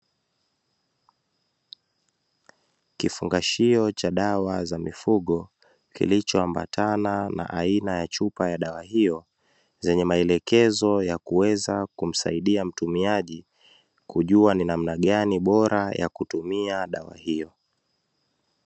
Kifungashio cha dawa za mifugo kilicho ambatana na aina ya chupa ya dawa hiyo, zenye maelekezo yanayoweza kumsaidia mtumiaji, kujua ni namna gani bora ya kutumia dawa hiyo.